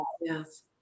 yes